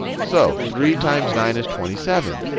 so three times nine is twenty seven.